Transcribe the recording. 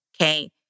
okay